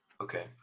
Okay